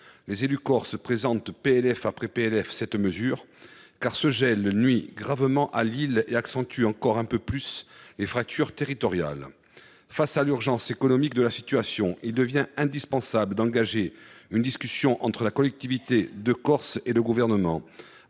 les élus corses ne cessent de proposer cette mesure, car ce gel nuit gravement à l’île et accentue encore un peu plus les fractures territoriales. Face à l’urgence économique, il devient indispensable d’ouvrir une discussion entre la collectivité de Corse et le Gouvernement